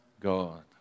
God